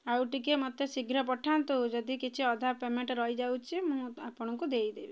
ଆଉ ଟିକିଏ ମୋତେ ଶୀଘ୍ର ପଠାନ୍ତୁ ଯଦି କିଛି ଅଧା ପେମେଣ୍ଟ୍ ରହିଯାଉଛି ମୁଁ ଆପଣଙ୍କୁ ଦେଇଦେବି